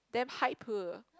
damn hype